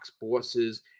bosses